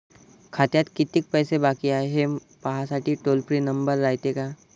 खात्यात कितीक पैसे बाकी हाय, हे पाहासाठी टोल फ्री नंबर रायते का?